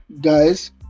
Guys